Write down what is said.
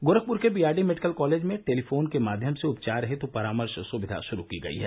गोरखपुर के BRD medical college में telephone के माध्यम से उपचार हेतु परामर्श सुविधा शुरू की गई है